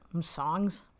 Songs